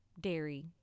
dairy